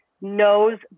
knows